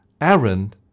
Aaron